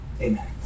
Amen